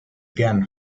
again